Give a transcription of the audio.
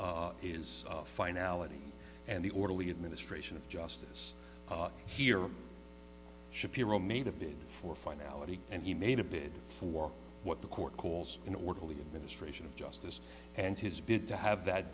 warren is is finality and the orderly administration of justice here shapiro made a bid for finality and he made a bid for what the court calls an orderly and ministration of justice and his bid to have that